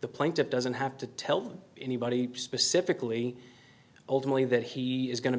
the plaintiff doesn't have to tell anybody specifically ultimately that he is going to be